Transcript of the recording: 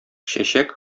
чәчәк